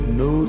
no